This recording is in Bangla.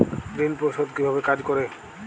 ঋণ পরিশোধ কিভাবে কাজ করে?